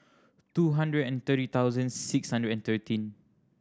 two hundred and thirty thousands six hundred and thirteen